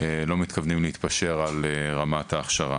לא מתכוונים להתפשר על רמת ההכשרה.